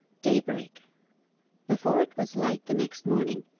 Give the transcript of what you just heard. daybreak before it was light the next morning,